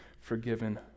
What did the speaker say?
forgiven